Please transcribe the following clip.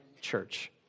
church